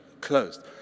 closed